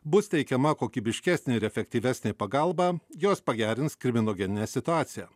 bus teikiama kokybiškesnė ir efektyvesnė pagalba jos pagerins kriminogeninę situaciją